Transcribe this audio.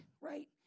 right